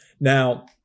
Now